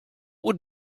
would